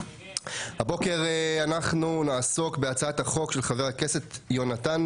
הבוקר אנחנו נעסוק בהצעת החוק של חבר הכנסת יונתן